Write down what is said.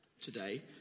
today